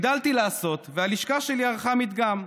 הגדלתי לעשות, והלשכה שלי ערכה מדגם: